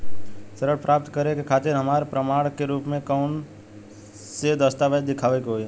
ऋण प्राप्त करे के खातिर हमरा प्रमाण के रूप में कउन से दस्तावेज़ दिखावे के होइ?